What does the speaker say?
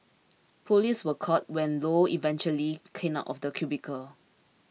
police were called when Low eventually came out of the cubicle